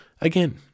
again